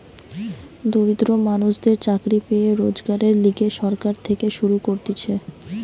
দরিদ্র মানুষদের চাকরি পেয়ে রোজগারের লিগে সরকার থেকে শুরু করতিছে